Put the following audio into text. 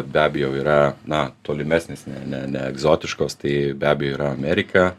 be abejo yra na tolimesnės ne ne egzotiškos tai be abejo yra amerika